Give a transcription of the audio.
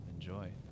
Enjoy